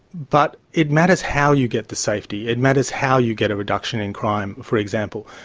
but it matters how you get the safety, it matters how you get a reduction in crime, for example.